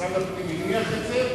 משרד הפנים הניח את זה,